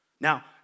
Now